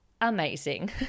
amazing